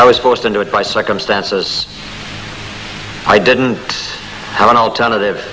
i was forced into it by circumstances i didn't have an alternative